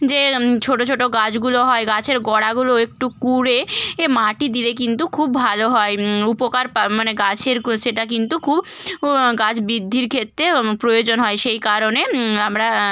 যে ছোট ছোট গাছগুলো হয় গাছের গোড়াগুলো একটু কুড়ে মাটি দিলে কিন্তু খুব ভালো হয় উপকার মানে গাছের সেটা কিন্তু খুব গাছ বৃদ্ধির ক্ষেত্রে প্রয়োজন হয় সেই কারণে আমরা